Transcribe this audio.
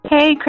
Hey